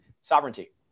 sovereignty